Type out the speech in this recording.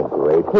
great